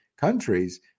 countries